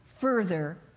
further